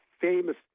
famous